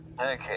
Okay